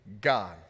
God